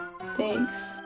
Thanks